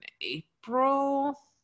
April